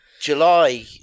July